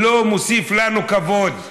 לא מוסיף לנו כבוד.